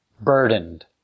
burdened